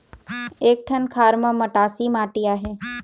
एक ठन खार म मटासी माटी आहे?